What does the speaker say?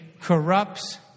corrupts